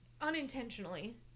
unintentionally